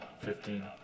fifteen